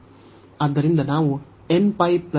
ಆದ್ದರಿಂದ ನಾವು nπ ಅನ್ನು ಹೊಂದಿದ್ದೇವೆ